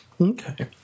Okay